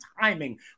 timing